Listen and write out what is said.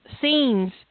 scenes